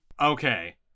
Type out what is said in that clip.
Okay